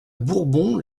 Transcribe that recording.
bourbon